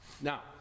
Now